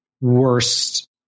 worst